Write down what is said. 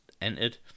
entered